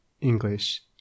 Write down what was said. English